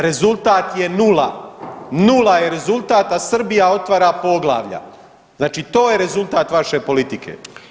Rezultat je nula, nula je rezultat, a Srbija otvara poglavlja, znači to je rezultat vaše politike.